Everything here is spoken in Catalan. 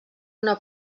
una